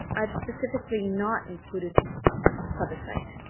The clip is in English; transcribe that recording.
i've specifically not included a plebiscite.